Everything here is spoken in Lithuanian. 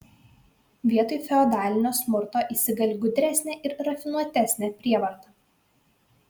vietoj feodalinio smurto įsigali gudresnė ir rafinuotesnė prievarta